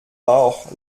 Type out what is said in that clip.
bauch